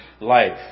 life